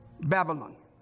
Babylon